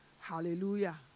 Hallelujah